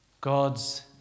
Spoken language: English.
God's